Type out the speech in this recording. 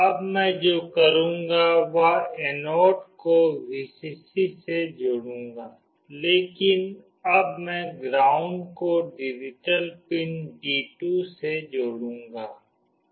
अब मैं जो करूंगी वह एनोड को Vcc से जोड़ूंगी लेकिन अब मैं ग्राउंड को डिजिटल पिन D2 से जोड़ूंगी